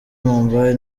mumbai